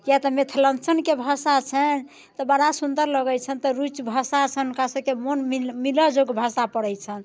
किया तऽ मिथिलाञ्चलके भाषा छनि तऽ बड़ा सुन्दर लगै छनि तऽ रूचि भाषा सन हुनका सबके मन मिल मिलऽ जोग भाषा परै छनि